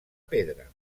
pedra